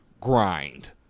Grind